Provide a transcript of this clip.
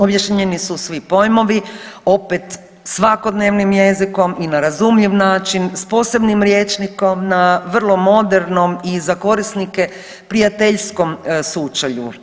Objašnjeni su svi pojmovi, opet svakodnevnim jezikom i na razumljiv način sa posebnim rječnikom na vrlo modernom i za korisnike prijateljskom sučelju.